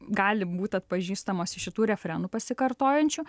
gali būt atpažįstamos iš šitų refrenų pasikartojančių